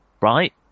right